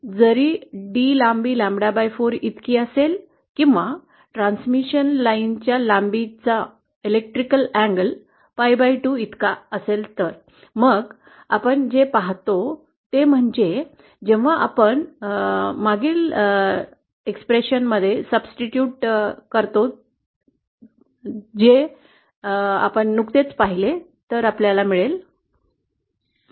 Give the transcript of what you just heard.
जरी डी लांबी लॅम्ब्डा4 इतकी असेल किंवा ट्रान्समिशन लाईनच्या लांबीचा विद्युत कोन PI2 असेल तर मग आपण जे पाहतो ते म्हणजे जेव्हा आपण मागील अभिव्यक्तीत सब्स्टिट्युट करतो जे मी नुकतेच लिहिले होते